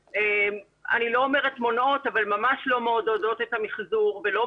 אני לא אומרת מונעות אבל ממש לא מעודדות את המיחזור.